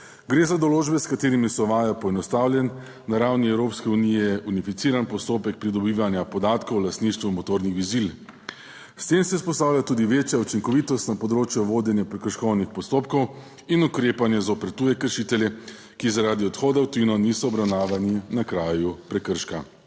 Gre za določbe s katerimi se uvaja poenostavljen na ravni Evropske unije unificiran postopek pridobivanja podatkov o lastništvu motornih vozil. S tem se vzpostavlja tudi večja učinkovitost na področju vodenja prekrškovnih postopkov in ukrepanje zoper tuje kršitelje, ki zaradi odhoda v tujino niso obravnavani na kraju prekrška.